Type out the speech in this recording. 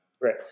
Right